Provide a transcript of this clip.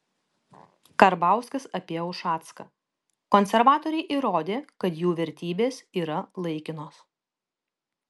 karbauskis apie ušacką konservatoriai įrodė kad jų vertybės yra laikinos